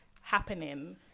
happening